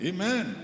Amen